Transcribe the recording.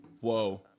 Whoa